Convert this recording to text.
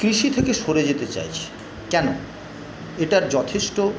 কৃষি থেকে সরে যেতে চাইছে কেন এটার যথেষ্ট